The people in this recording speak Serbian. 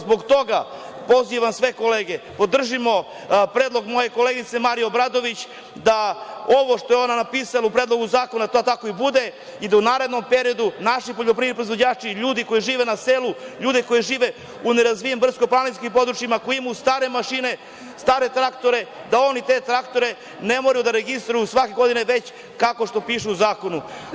Zbog toga pozivam sve kolege da podržimo predlog moje koleginice Marije Obradović da ovo što je ona napisala u Predlogu zakona tako i bude i da u narednom periodu naši poljoprivredni proizvođači, ljudi koji žive na selu, ljudi koji žive u nerazvijenim brdsko-planinskim područjima, koji imaju stare mašine, stare traktore, da oni te traktore ne moraju da registruju svake godine, već kao što piše u zakonu.